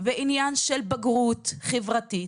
ועניין של בגרות חברתית,